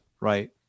right